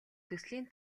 төслийн